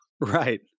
right